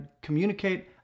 communicate